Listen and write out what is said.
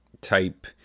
type